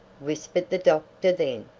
whispered the doctor then,